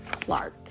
Clark